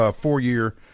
four-year